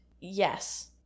Yes